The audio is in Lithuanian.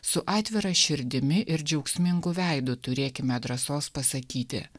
su atvira širdimi ir džiaugsmingu veidu turėkime drąsos pasakyti